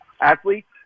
athletes